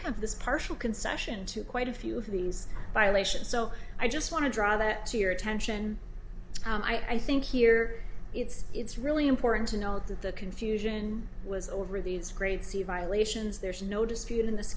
have this partial concession to quite a few of these violations so i just want to draw that to your attention and i think here it's it's really important to note that the confusion was over these grades c violations there is no dispute in this